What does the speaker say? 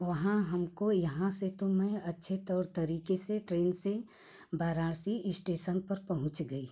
वहाँ हमको यहाँ से तो मैं अच्छे तौर तरीके से ट्रेन से वाराणसी इस्टेसन पर पहुँच गई